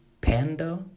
Panda